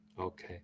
Okay